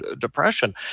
depression